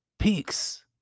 peaks